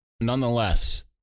nonetheless